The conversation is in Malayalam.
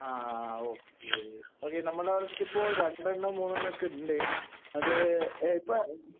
ആ ഓക്കെ ഓക്കെ നമ്മളുടെ അടുത്തിപ്പോൾ രണ്ടെണ്ണം മൂന്നെണ്ണം ഒക്കെയുണ്ട് അത് ഇപ്പോ